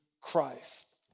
Christ